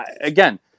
Again